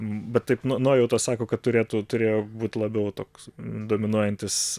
bet taip nuojauta sako kad turėtų turėjo būt labiau toks dominuojantis